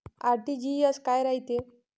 RTGS काय रायते?